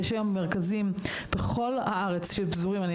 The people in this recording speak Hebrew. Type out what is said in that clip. יש